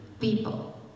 people